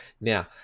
Now